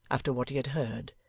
after what he had heard,